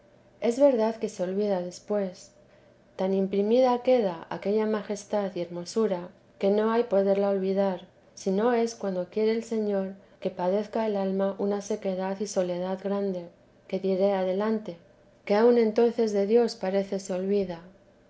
es verdad que se olvida después tan imprimida queda aquella majestad y hermosura que no hay poderla olvidar sino es cuando quiere el señor que padezca el alma una sequedad y soledad grande que diré adelante que aun entonces de dios parece se olvida